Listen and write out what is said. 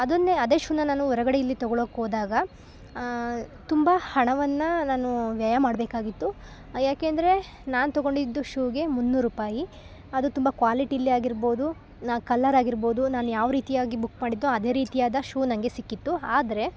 ಅದನ್ನೇ ಅದೇ ಶೂನ ನಾನು ಹೊರಗಡೆ ಇಲ್ಲಿ ತೊಗೋಳೊಕ್ಕೋದಾಗ ತುಂಬ ಹಣವನ್ನು ನಾನು ವ್ಯಯ ಮಾಡಬೇಕಾಗಿತ್ತು ಯಾಕೆ ಅಂದರೆ ನಾನು ತೊಗೊಂಡಿದ್ದು ಶೂಗೆ ಮುನ್ನೂರು ರೂಪಾಯಿ ಅದು ತುಂಬ ಕ್ಪಾಲಿಟಿಲಿ ಆಗಿರಬೋದು ನ ಕಲ್ಲರಾಗಿಬೋದು ನಾನು ಯಾವ ರೀತಿಯಾಗಿ ಬುಕ್ ಮಾಡಿದ್ದು ಅದೇ ರೀತಿಯಾದ ಶೂ ನಂಗೆ ಸಿಕ್ಕಿತ್ತು ಆದರೆ